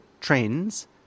trends